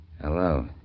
Hello